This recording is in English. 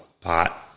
pot